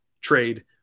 trade